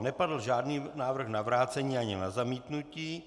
Nepadl žádný návrh na vrácení ani zamítnutí.